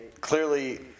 clearly